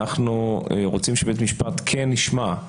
אנחנו רוצים שבית המשפט כן ישמע,